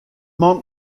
man